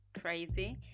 crazy